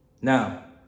Now